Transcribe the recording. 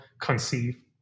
conceive